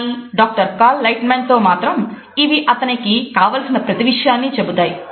కానీ doctor Cal Lightman తో మాత్రం ఇవి అతనికి కావలసిన ప్రతి విషయాన్ని చెబుతాయి